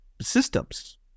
systems